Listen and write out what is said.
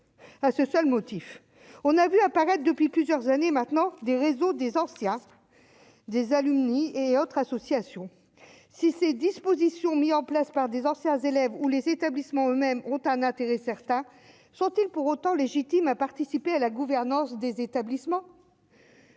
à ce seul motif, on a vu apparaître depuis plusieurs années maintenant des réseaux des anciens des alumni et autres associations, si ces dispositions mis en place par des anciens élèves ou les établissements eux-mêmes ont un intérêt certain sont-ils pour autant légitime à participer à la gouvernance des établissements.